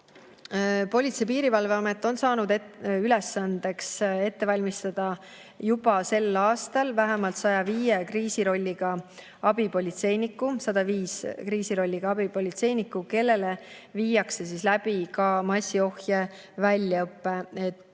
Politsei- ja Piirivalveamet on saanud ülesandeks ette valmistada juba sel aastal vähemalt 105 kriisirolliga abipolitseinikku ja 105 kriisirolliga abipolitseinikku, kellele viiakse läbi ka massiohje väljaõpe. Eesmärk